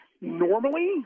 normally